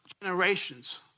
generations